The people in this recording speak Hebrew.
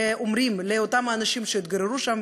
שאומרים לאותם אנשים שהתגוררו שם,